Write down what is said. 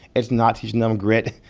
it's not teaching them grit.